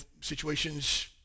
situations